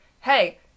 hey